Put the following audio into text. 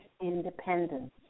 independence